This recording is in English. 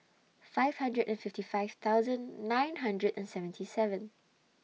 five hundred and fifty five thousand nine hundred and seventy seven